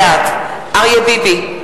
בעד אריה ביבי,